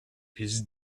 his